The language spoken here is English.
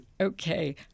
Okay